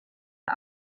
der